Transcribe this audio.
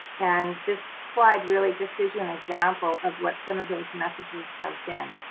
and this slide really just gives you an example of what some of those messages have been.